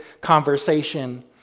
conversation